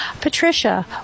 Patricia